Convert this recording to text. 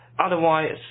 Otherwise